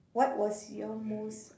what was your most